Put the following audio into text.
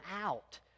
out